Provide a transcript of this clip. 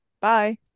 bye